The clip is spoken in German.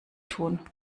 tun